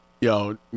Yo